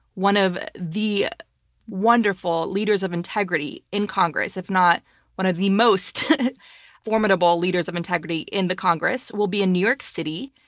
one of the wonderful leaders of integrity in congress, if not one of the most formidable leaders of integrity in the congress, will be in new york city,